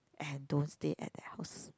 and don't stay at the house